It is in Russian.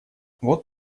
вот